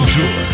Tour